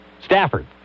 Stafford